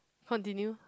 continue